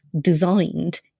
designed